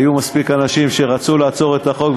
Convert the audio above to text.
היו מספיק אנשים שרצו לעצור את החוק,